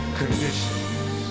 conditions